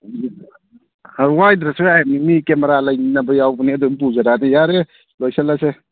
ꯎꯝ ꯋꯥꯏꯗ꯭ꯔꯁꯨ ꯌꯥꯏꯃꯤ ꯃꯤ ꯀꯦꯃꯦꯔꯥ ꯂꯩꯅꯕ ꯌꯥꯎꯕꯅꯦ ꯑꯗꯨꯝ ꯄꯨꯖꯔꯛꯑꯅꯤ ꯌꯥꯔꯦ ꯂꯣꯏꯁꯤꯜꯂꯁꯦ